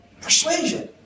persuasion